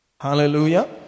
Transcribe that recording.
Hallelujah